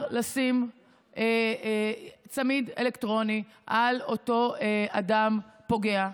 אפשר לשים צמיד אלקטרוני על אותו אדם פוגע,